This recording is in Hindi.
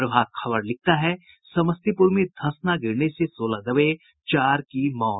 प्रभात खबर लिखता है समस्तीपुर में धंसना गिरने से सोलह दबे चार की मौत